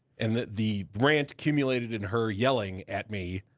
and the the rant cumulated in her yelling at me,